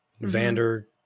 Vander